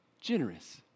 Generous